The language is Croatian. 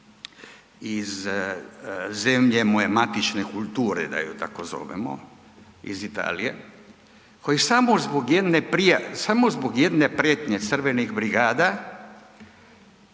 iz zemlje moje matične kulture da ju tako zovemo iz Italije, koji samo zbog jedne prijave, samo